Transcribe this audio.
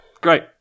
great